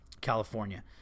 California